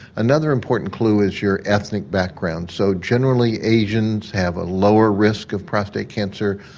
another important clue is your ethnic background. so generally asians have a lower risk of prostate cancer,